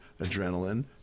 adrenaline